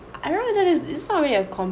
I don't know if that is is not really a com